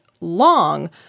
long